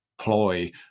ploy